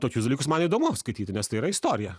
tokius dalykus man įdomu skaityti nes tai yra istorija